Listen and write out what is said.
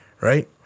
Right